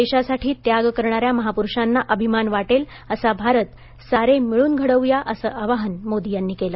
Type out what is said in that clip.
देशासाठी त्याग करणाऱ्या महापुरूषांना अभिमान वाटेल असा भारत सारे मिळून घडवूया असं आवाहन मोदी यांनी केलं